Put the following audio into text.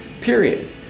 period